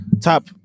top